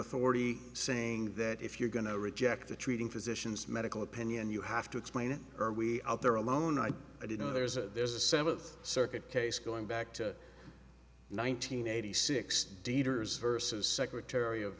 authority saying that if you're going to reject the treating physicians medical opinion you have to explain it are we out there alone i do know there's a there's a seventh circuit case going back to one thousand nine hundred eighty six dieter's versus secretary of